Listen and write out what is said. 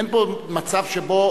אין פה מצב שבו,